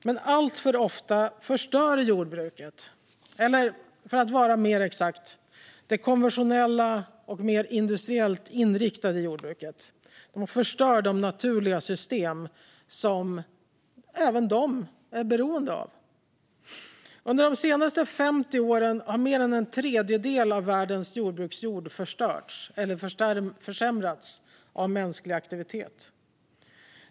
Men alltför ofta förstör jordbruket, eller för att vara mer exakt, det konventionella och mer industriellt inriktade jordbruket, de naturliga system som även det är beroende av. Under de senaste 50 åren har mer än en tredjedel av världens jordbruksjord förstörts eller försämrats av mänsklig aktivitet.